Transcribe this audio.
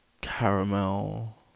caramel